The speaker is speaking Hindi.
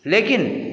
लेकिन